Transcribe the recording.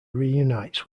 reunites